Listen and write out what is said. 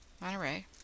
Monterey